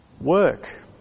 Work